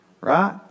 right